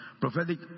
prophetic